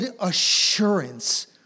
assurance